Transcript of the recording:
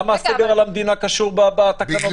למה הסגר על המדינה קשור בתקנות האלה?